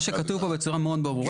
כמו שכתוב פה בצורה מאוד ברורה.